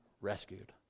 rescued